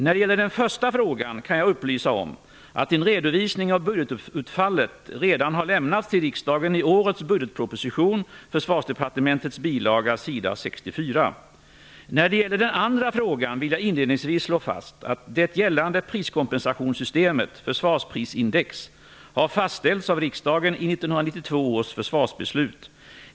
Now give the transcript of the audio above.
När det gäller den första frågan kan jag upplysa om att en redovisning av budgetutfallet redan har lämnats till riksdagen i årets budgetproposition, Försvarsdepartementets bilaga, s. 64. När det gäller den andra frågan vill jag inledningsvis slå fast att det gällande priskompensationssystemet - försvarsprisindex - har fastställts av riksdagen i 1992 års försvarsbeslut.